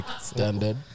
standard